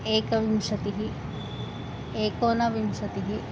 एकविंशतिः एकोनविंशतिः